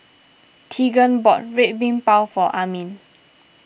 Teagan bought Red Bean Bao for Amin